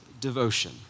devotion